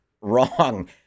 wrong